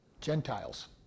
Gentiles